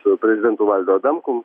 su prezidentu valdu adamkum